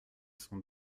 son